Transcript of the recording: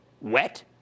Wet